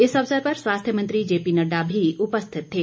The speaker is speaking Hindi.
इस अवसर पर स्वास्थ्य मंत्री जें पी नड्डा भी उपस्थित थे